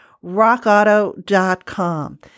rockauto.com